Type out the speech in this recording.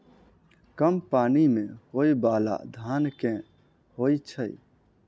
कम पानि मे होइ बाला धान केँ होइ छैय?